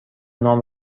نام